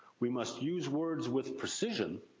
we must use words with precision.